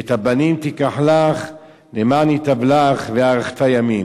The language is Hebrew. ואת הבנים תקח לך למען ייטב לך והארכת ימים".